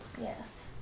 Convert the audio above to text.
Yes